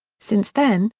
since then,